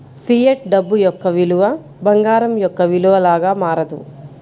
fiat డబ్బు యొక్క విలువ బంగారం యొక్క విలువ లాగా మారదు